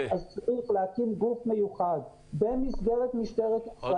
צריך להקים גוף מיוחד במסגרת משטרת ישראל.